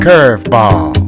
Curveball